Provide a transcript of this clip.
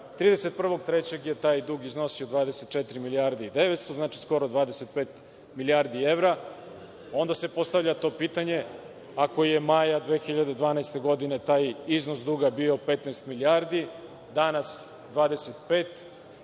marta je taj dug iznosio 24 milijarde i 900, znači skoro 25 milijardi evra, onda se postavlja to pitanje, ako je maja 2012. godine taj iznos duga bio 15 milijardi, danas 25,